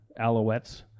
Alouettes